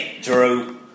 Drew